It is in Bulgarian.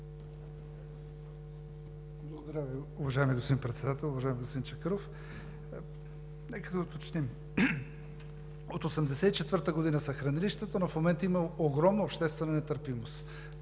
Благодаря Ви, уважаеми господин Председател. Уважаеми господин Чакъров! Нека да уточним – от 1984 г. са хранилищата, но в момента има огромна обществена нетърпимост.